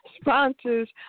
sponsors